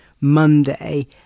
Monday